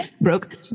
Broke